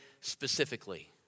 specifically